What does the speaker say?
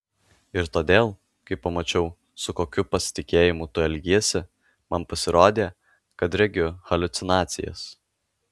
ir todėl kai pamačiau su kokiu pasitikėjimu tu elgiesi man pasirodė kad regiu haliucinacijas